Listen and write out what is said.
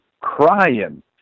crying